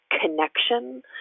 connection